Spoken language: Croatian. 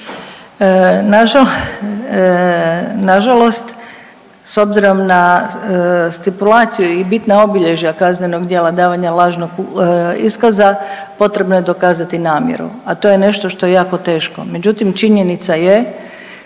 Nažalost s obzirom na stipulaciju i bitna obilježja kaznenog djela davanja lažnog iskaza potrebno je dokazati namjeru, a to je nešto što je jako teško. Međutim činjenica je